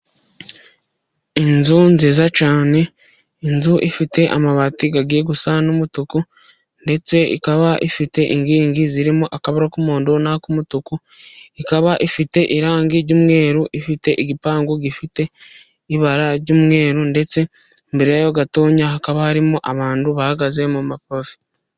Inzu nziza cyane, inzu ifite amabati agiye gusa n'umutuku, ndetse ikaba ifite inkingi zirimo akabara k'umuhondo n'ak'umutuku, ikaba ifite irangi ry'umweru, ifite igipangu gifite ibara ry'umweru, ndetse imbere yaho gatoya hakaba harimo abantu bahagaze mu mapave.